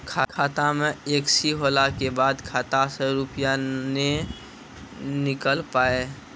खाता मे एकशी होला के बाद खाता से रुपिया ने निकल पाए?